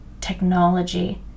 technology